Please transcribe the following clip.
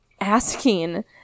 asking